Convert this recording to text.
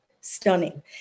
Stunning